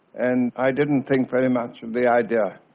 and i didn't think very much of the idea.